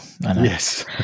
Yes